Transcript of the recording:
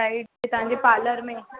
bride खे तव्हांजे parlour में